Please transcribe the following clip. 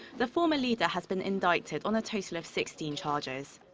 the former leader has been indicted on a total of sixteen charges.